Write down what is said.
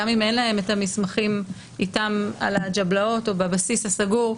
גם אם אין להם את המסמכים איתם על הג'בלאות או בבסיס הסגור,